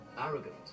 arrogant